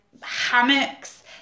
hammocks